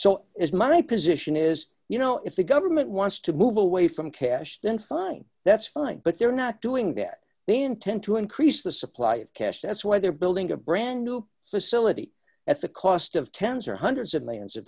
so is my position is you know if the government wants to move away from cash then fine that's fine but they're not doing that they intend to increase the supply of cash that's why they're building a brand new facility at the cost of tens or hundreds of millions of